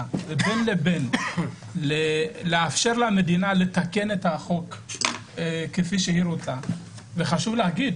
ובין לבין לאפשר למדינה לתקן את החוק כפי שהיא רוצה וחשוב להגיד,